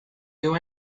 you